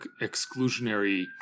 exclusionary